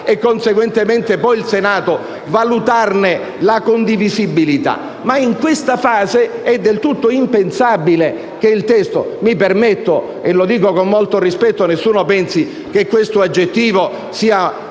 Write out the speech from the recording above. e, conseguentemente, sarà poi il Senato valutarne la condivisibilità. Ma in questa fase è del tutto impensabile che il testo rientri in Commissione. Lo dico con molto rispetto: nessuno pensi che questo aggettivo sia